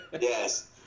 Yes